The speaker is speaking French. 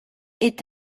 est